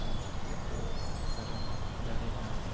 ᱠᱚ ᱴᱮᱠᱟᱣ ᱫᱟᱨᱟᱢ ᱫᱟᱲᱮᱭᱟᱜᱼᱟ